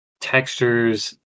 textures